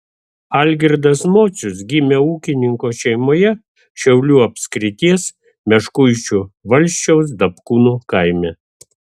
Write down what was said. algirdas mocius gimė ūkininko šeimoje šiaulių apskrities meškuičių valsčiaus dapkūnų kaime